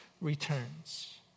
returns